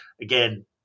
again